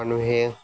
মানুহে